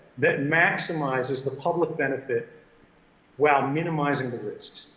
that maximizes the public benefit while minimizing the risks?